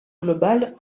globale